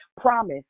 promise